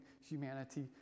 humanity